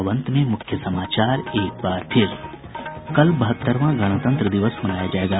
और अब अंत में मूख्य समाचार एक बार फिर कल बहत्तरवां गणतंत्र दिवस मनाया जायेगा